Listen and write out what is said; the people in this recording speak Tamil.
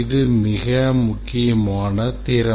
இது மிக முக்கியமான திறமை